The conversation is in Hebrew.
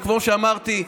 וכמו שאמרתי,